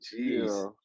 jeez